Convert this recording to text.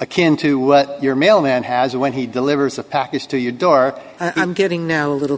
akin to what your mailman has when he delivers a package to your door i'm getting now a little